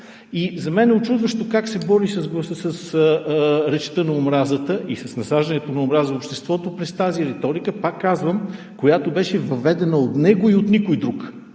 За мен е учудващо как се бори с речта на омразата и с насаждането на омраза в обществото през тази риторика, пак казвам, която беше въведена от него и от никого другиго